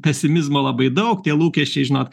pesimizmo labai daug tie lūkesčiai žinot